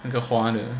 那个花的